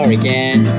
again